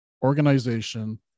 organization